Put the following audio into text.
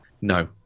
No